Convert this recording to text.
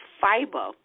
fiber